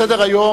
סדר-היום,